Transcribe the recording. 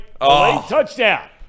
touchdown